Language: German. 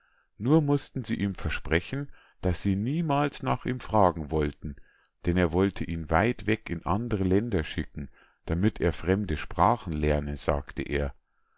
nur mußten sie ihm versprechen daß sie niemals nach ihm fragen wollten denn er wollte ihn weit weg in andre länder schicken damit er fremde sprachen lerne sagte er